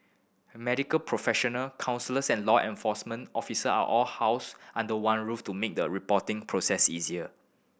medical professional counsellors and law enforcement officials are all housed under one roof to make the reporting process easier